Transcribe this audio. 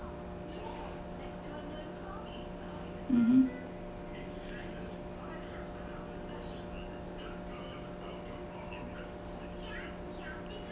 mmhmm